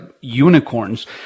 unicorns